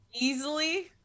easily